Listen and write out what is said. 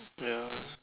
ya